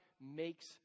makes